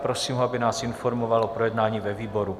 Prosím ho, aby nás informoval o projednání ve výboru.